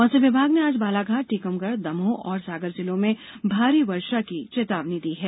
मौसम विभाग ने आज बालाघाट टीकमगढ़ दमोह और सागर जिलों में भारी वर्षा की चेतावनी दी है